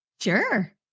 Sure